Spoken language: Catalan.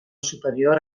superior